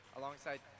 alongside